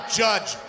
judge